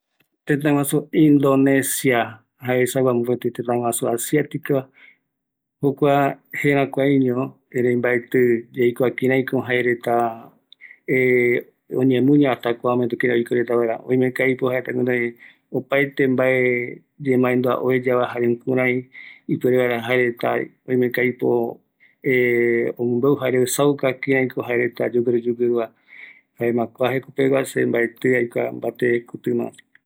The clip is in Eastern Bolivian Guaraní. Tetaguasu Indonesia, jae esagua mopeti tetaguasu asiatico, jokua jerakuaiño, eri mbaeti yaikua kireiko jaereta oñemuña hasta kua momento kirei oikovarea, oimeko aipo jaerta gunoi opaete mbae yemandua ueyava, jare jukrurei ipuere vaera jae reta oime ko aipo omombeu jare uesaka kirei ko jaereta yugura yugura, jaema kua jekopeguya se mbaeti aikua kuti ma.